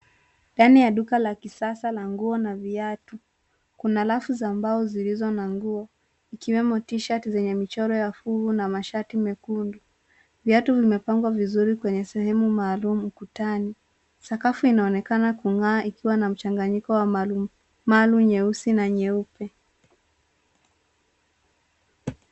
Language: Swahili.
Ndani ya duka la kisasa la nguo na viatu, Kuna rafu za mbao zilizo na nguo, ikiwemo t shirts zenye michoro ya fuvu na mashati mekundu. Viatu vimepangwa vizuri kwenye sehemu maalum ukutani. Sakafu inaonekana kung'aa ikiwa na mchanyiko maalum nyeusi na nyeupe.